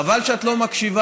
חבל שאת לא מקשיבה.